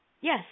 Yes